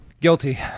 Guilty